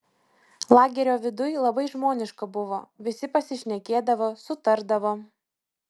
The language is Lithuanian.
lagerio viduj labai žmoniška buvo visi pasišnekėdavo sutardavo